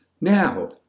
Now